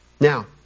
Now